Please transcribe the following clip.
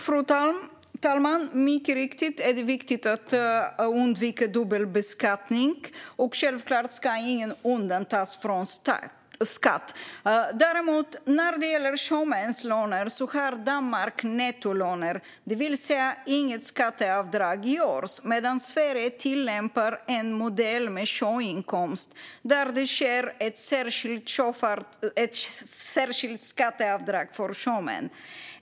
Fru talman! Det är mycket riktigt viktigt att undvika dubbelbeskattning. Och självklart ska ingen undantas från att betala skatt. Men när det gäller sjömanslöner har Danmark nettolöner, det vill säga att inget skatteavdrag görs, medan Sverige tillämpar en modell med sjöinkomst. Det görs alltså ett särskilt skatteavdrag för sjömän.